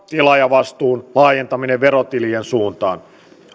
tilaajavastuun laajentaminen verotilien suuntaan